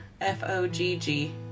F-O-G-G